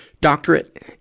doctorate